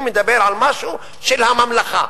אני מדבר על משהו של הממלכה,